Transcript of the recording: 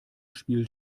spiel